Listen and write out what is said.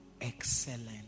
excellent